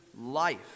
life